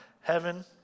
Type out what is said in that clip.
heaven